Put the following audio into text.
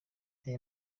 aya